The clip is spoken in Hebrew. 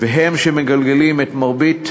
והם שמגלגלים את מרבית